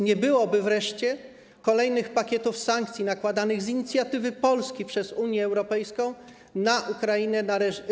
Nie byłoby wreszcie kolejnych pakietów sankcji nakładanych z inicjatywy Polski przez Unię Europejską na Ukrainą, na reżim.